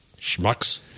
schmucks